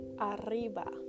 Arriba